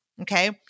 Okay